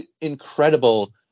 incredible